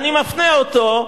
אני מזהיר אותך.